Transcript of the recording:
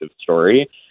story